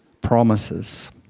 promises